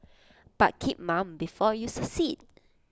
but keep mum before you succeed